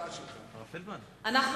להגיש הסתייגות להצעה שלך.